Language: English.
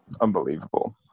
unbelievable